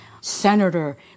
Senator